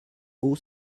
haut